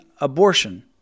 abortion